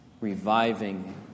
reviving